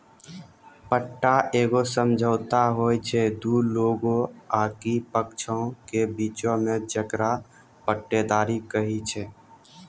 पट्टा एगो समझौता होय छै दु लोगो आकि पक्षों के बीचो मे जेकरा पट्टेदारी कही छै